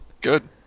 Good